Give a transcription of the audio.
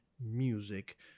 music